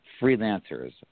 freelancers